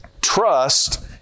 trust